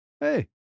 Hey